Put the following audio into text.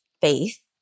faith